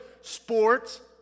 sports